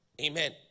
Amen